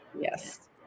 Yes